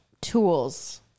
tools